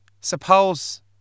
Suppose